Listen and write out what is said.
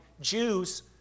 Jews